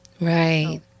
Right